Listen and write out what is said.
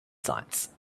science